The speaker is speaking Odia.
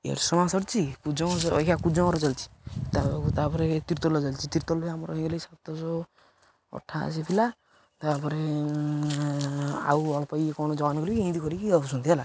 ଏରଶମା ସରିଛି କୁଜଙ୍ଗ ଅଭିକା କୁଜଙ୍ଗର ବି ଚାଲିଛି ତାପରେ ତିର୍ତୋଲର ଚାଲିଛି ତିର୍ତୋଲର ଆମର ହେଇଗଲାଣି ସାତଶହ ଅଠାଅଶି ପିଲା ତାପରେ ଆଉ ଅଳ୍ପକି କ'ଣ ଜଏନ୍ କରିକି ଏମିତି କରିକି ଆସୁଛନ୍ତି ହେଲା